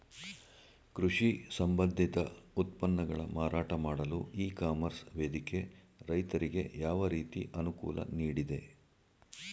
ಕೃಷಿ ಸಂಬಂಧಿತ ಉತ್ಪನ್ನಗಳ ಮಾರಾಟ ಮಾಡಲು ಇ ಕಾಮರ್ಸ್ ವೇದಿಕೆ ರೈತರಿಗೆ ಯಾವ ರೀತಿ ಅನುಕೂಲ ನೀಡಿದೆ?